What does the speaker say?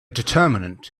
determinant